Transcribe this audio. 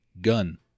gun